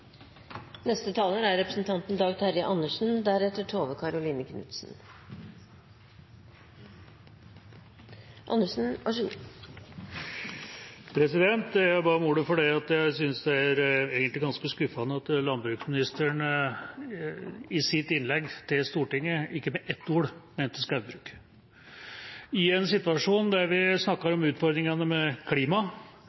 Jeg ba om ordet fordi jeg synes det egentlig er ganske skuffende at landbruksministeren i sitt innlegg til Stortinget ikke nevnte skogbruk med ett ord. I en situasjon der vi snakker om